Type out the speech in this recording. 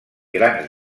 grans